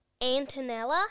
Antonella